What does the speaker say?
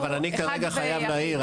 אבל אני כרגע חייב להעיר,